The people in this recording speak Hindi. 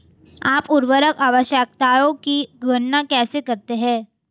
आप उर्वरक आवश्यकताओं की गणना कैसे करते हैं?